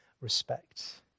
respect